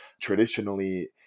traditionally